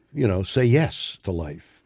you know, say yes to life.